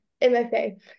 MFA